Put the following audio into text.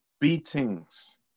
Beatings